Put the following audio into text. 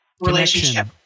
relationship